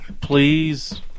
please